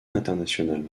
internationale